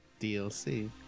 DLC